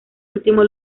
último